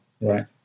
Right